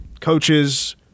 coaches